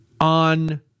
on